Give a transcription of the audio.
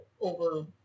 over